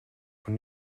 von